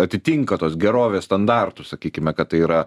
atitinka tos gerovės standartus sakykime kad tai yra